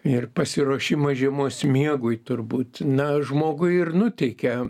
ir pasiruošimas žiemos miegui turbūt na žmogų ir nuteikia